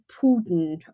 Putin